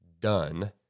done